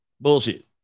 Bullshit